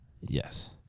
yes